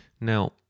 Now